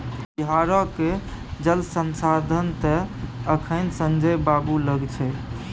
बिहारक जल संसाधन तए अखन संजय बाबू लग छै